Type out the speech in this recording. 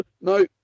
No